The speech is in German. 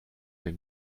wir